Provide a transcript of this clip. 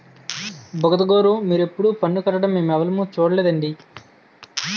బుగతగోరూ మీరెప్పుడూ పన్ను కట్టడం మేమెవులుమూ సూడలేదండి